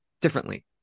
differently